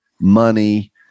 money